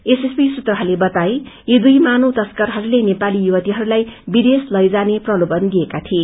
SSB सूत्रहरूले बातए यी दुई मानव तश्करहरूले नेपाली युवतीहरूलाई विदेश लैजाने प्रलोभन दिइएका थिए